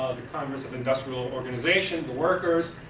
the congress of industrial organization, the workers,